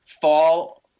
fall